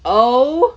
oh